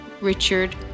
Richard